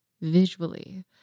visually